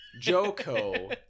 Joko